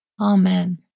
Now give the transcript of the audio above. Amen